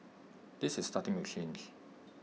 this is starting to change